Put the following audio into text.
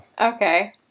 Okay